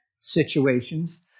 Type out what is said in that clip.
situations